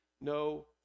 no